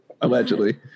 allegedly